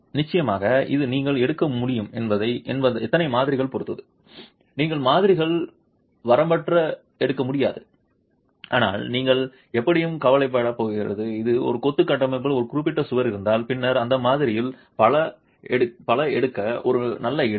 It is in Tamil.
நிச்சயமாக இது நீங்கள் எடுக்க முடியும் எத்தனை மாதிரிகள் பொறுத்தது நீங்கள் மாதிரிகள் வரம்பற்ற எடுக்க முடியாது ஆனால் நீங்கள் எப்படியும் கலைக்கப்பட்ட போகிறது இது ஒரு கொத்து கட்டமைப்பில் ஒரு குறிப்பிட்ட சுவர் இருந்தால் பின்னர் அந்த மாதிரிகள் பல எடுக்க ஒரு நல்ல இடம்